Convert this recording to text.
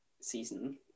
season